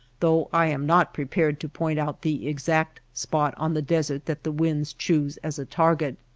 though i am not prepared to point out the exact spot on the desert that the winds choose as a target.